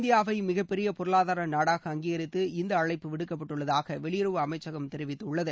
இந்தியாவை மிகபெரிய பொருளாதார நாடாக அங்கீகித்து இந்த அழைப்பு விடுக்கப்பட்டுள்ளதாக வெளியுறவு அமைச்சகம் தெரிவித்துள்ளது